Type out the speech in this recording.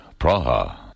Praha